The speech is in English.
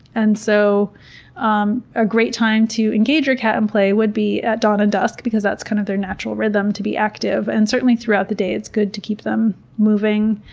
and so um a great time to engage your cat in play would be at dawn and dusk because that's kind of their natural rhythm to be active. and certainly throughout the day it's good to keep them moving,